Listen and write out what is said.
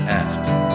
asked